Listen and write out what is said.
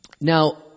Now